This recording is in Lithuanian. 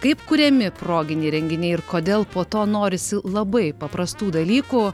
kaip kuriami proginiai renginiai ir kodėl po to norisi labai paprastų dalykų